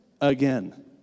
again